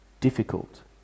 difficult